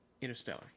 Interstellar